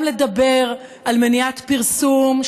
גם לדבר על מניעת פרסום,